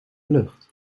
lucht